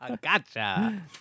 Gotcha